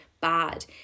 bad